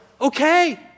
Okay